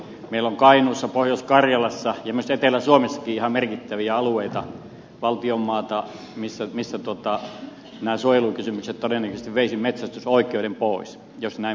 meillä on kainuussa pohjois karjalassa ja myös etelä suomessakin ihan merkittäviä alueita valtion maata missä nämä suojelukysymykset todennäköisesti veisivät metsästysoikeuden pois jos näin meneteltäisiin